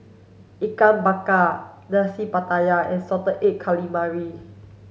Ikan Bakar Nasi Pattaya and salted egg calamari